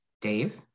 Dave